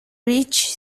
rich